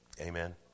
Amen